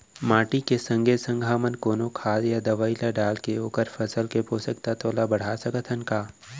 माटी के संगे संग हमन कोनो खाद या दवई ल डालके ओखर फसल के पोषकतत्त्व ल बढ़ा सकथन का?